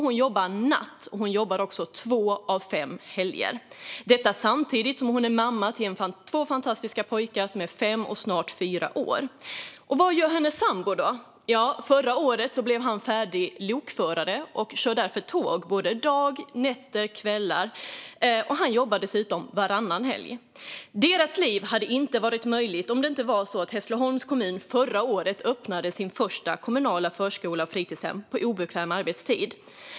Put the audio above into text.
Hon jobbar natt, och hon jobbar två av fem helger. Samtidigt är hon mamma till två fantastiska pojkar som är fem och snart fyra år. Vad gör hennes sambo då? Förra året blev han färdig lokförare och kör tåg på dagar, kvällar och nätter. Han jobbar dessutom varannan helg. Deras liv hade inte varit möjligt om inte Hässleholms kommun förra året hade öppnat sin första kommunala förskola och fritidshem på obekväm arbetstid.